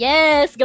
Yes